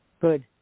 good